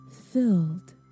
filled